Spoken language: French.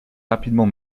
rapidement